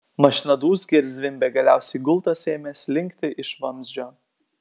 mašina dūzgė ir zvimbė galiausiai gultas ėmė slinkti iš vamzdžio